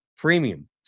premium